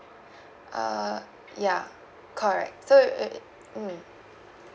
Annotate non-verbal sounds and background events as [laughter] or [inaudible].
[breath] uh ya correct so it'll be mm